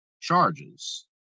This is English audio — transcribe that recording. charges